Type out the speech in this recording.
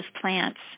plants